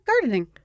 gardening